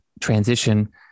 transition